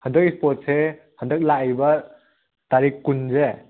ꯍꯟꯗꯛ ꯁ꯭ꯄꯣꯔꯠꯁꯦ ꯍꯟꯗꯛ ꯂꯥꯛꯏꯕ ꯇꯥꯔꯤꯛ ꯀꯨꯟꯁꯦ